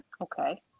Okay